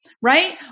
right